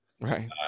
right